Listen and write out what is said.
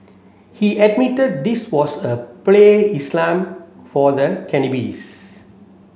he admitted this was a play Islam for the cannabis